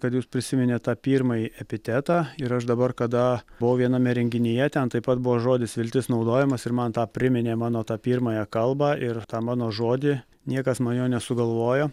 kad jūs prisiminėt tą pirmąjį epitetą ir aš dabar kada buvau viename renginyje ten taip pat buvo žodis viltis naudojamas ir man tą priminė mano tą pirmąją kalbą ir tą mano žodį niekas man jo nesugalvojo